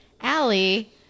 Allie